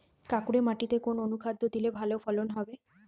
কাঁকুরে মাটিতে কোন অনুখাদ্য দিলে ভালো ফলন হবে?